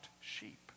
sheep